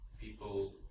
people